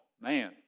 Man